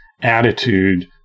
attitude